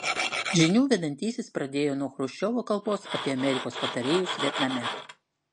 žinių vedantysis pradėjo nuo chruščiovo kalbos apie amerikos patarėjus vietname